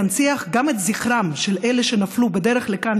להנציח את זכרם של אלה שנפלו בדרך לכאן,